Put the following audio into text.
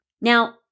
now